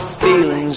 feelings